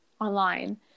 online